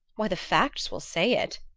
why, the facts will say it,